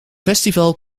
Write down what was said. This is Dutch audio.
festival